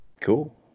Cool